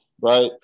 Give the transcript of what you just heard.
Right